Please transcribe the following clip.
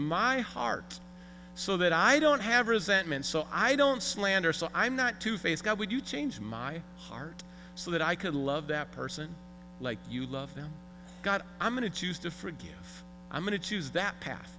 my heart so that i don't have resentment so i don't slander so i'm not to face god would you change my heart so that i could love that person like you love them got i'm going to choose to forgive i'm going to choose that path